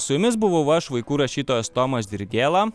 su jumis buvau aš vaikų rašytojas tomas dirgėla